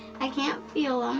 i can't feel um